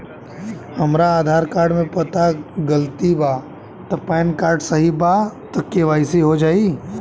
हमरा आधार कार्ड मे पता गलती बा त पैन कार्ड सही बा त के.वाइ.सी हो जायी?